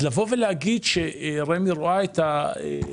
לבוא ולהגיד שרמ"י רואה את זה כך,